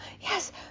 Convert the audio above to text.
yes